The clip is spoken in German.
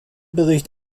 bericht